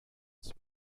type